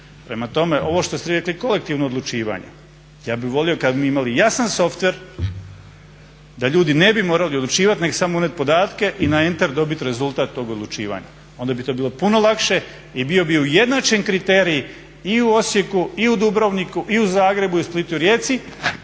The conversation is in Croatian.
Prema tome, ovo što ste vi rekli kolektivno odlučivanje, ja bih volio kad bi imali jasan softver da ljudi ne bi morali odlučivat nego samo unijet podatke i na enter dobit rezultat tog odlučivanja. onda bi to bilo puno lakše i bio bi ujednačen kriterij i u Osijeku i u Dubrovniku i u Zagrebu, Splitu, Rijeci,